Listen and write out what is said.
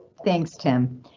thanks, tim.